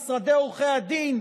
משרדי עורכי הדין,